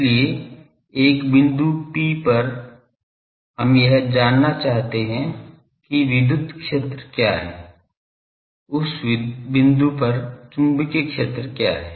इसलिए एक बिंदु P पर हम यह जानना चाहते हैं कि विद्युत क्षेत्र क्या है उस बिंदु पर चुंबकीय क्षेत्र क्या है